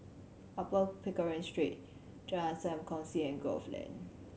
Upper Pickering Street Jalan Sam Kongsi and Grove Lane